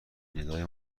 ندای